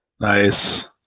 Nice